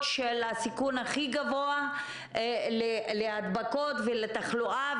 עם הסיכון הכי גבוה להידבקות ולתחלואה,